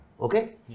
Okay